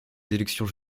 élections